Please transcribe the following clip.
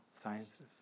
sciences